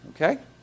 Okay